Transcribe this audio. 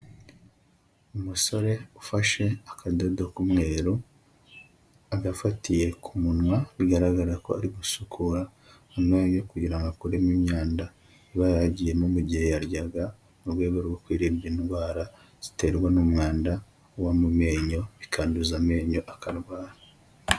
Umusore ufashe akadodo k'umweru, agafatiye ku munwa, bigaragara ko ari gusukura amenyo kugira ngo akuremo imyanda, iba yagiyemo mu gihe yaryaga, mu rwego rwo kwirinda indwara ziterwa n'umwanda uba mu menyo, bikanduza amenyo akarwara.